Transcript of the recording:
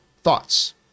thoughts